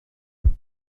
wird